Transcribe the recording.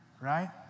right